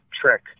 trick